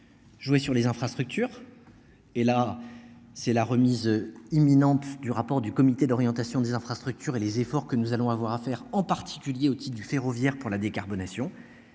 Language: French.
Jouer sur les infrastructures. Et là c'est la remise imminente du rapport du comité d'orientation des infrastructures et les efforts que nous allons avoir à faire, en particulier otite du ferroviaire pour la décarbonation.